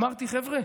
אמרתי: חבר'ה,